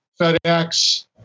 FedEx